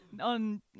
on